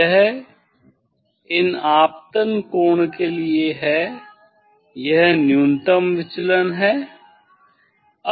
यह इन आपतन कोण के लिए है यह न्यूनतम विचलन है